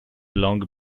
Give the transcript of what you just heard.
long